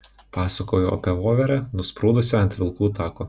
pasakojau apie voverę nusprūdusią ant vilkų tako